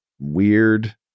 weird